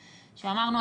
שאמרנו,